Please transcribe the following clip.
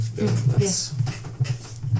Yes